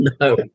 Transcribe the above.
No